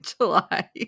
July